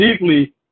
deeply